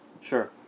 Sure